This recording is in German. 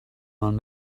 man